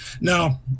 Now